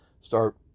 start